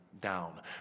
down